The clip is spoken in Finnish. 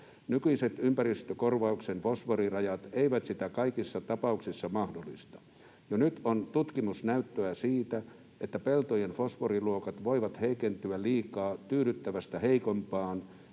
Nykyiset ympäristökorvauksen fosforirajat eivät sitä kaikissa tapauksissa mahdollista. Jo nyt on tutkimusnäyttöä siitä, että peltojen fosforiluokat voivat heikentyä liikaa tyydyttävästä heikompaan